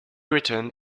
returned